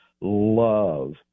love